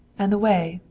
and the way,